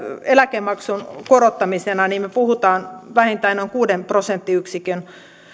eläkemaksun korottamisena että me puhumme vähintään noin kuuden prosenttiyksikön